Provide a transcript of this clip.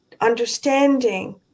understanding